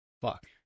fuck